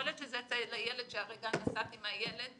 יכול להיות שזה הרגע שנסעתי עם הילד.